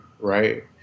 right